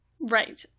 Right